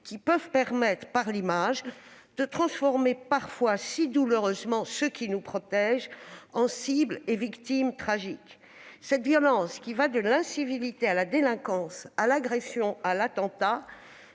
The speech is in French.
peuvent permettre, par l'image, de transformer parfois si douloureusement ceux qui nous protègent en cibles et en victimes tragiques. Cette violence, qui va de l'incivilité à la délinquance, à l'agression, à l'attentat,